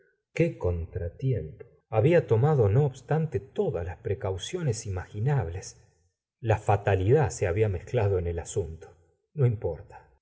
qué contratiempo rabia to mado no obstante todas las precauciones imaginables la fatalidad se había mezclado en el asunto no importa